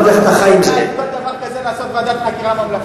אם כבר התייחסת לזה אני חייב לומר לך,